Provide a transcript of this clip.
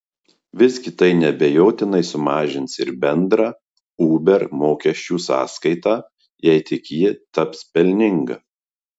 visgi tai neabejotinai sumažins ir bendrą uber mokesčių sąskaitą jei tik ji taps pelninga